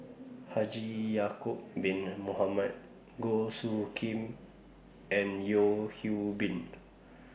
Haji Ya'Acob Bin Mohamed Goh Soo Khim and Yeo Hwee Bin